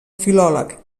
filòleg